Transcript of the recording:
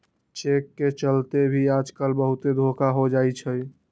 cheque के चलते भी आजकल बहुते धोखा हो जाई छई